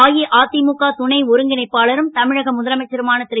அஇஅ முக துணை ஒருங்கிணைப்பாளரும் தமிழக முதலமைச்சருமான ரு